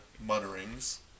mutterings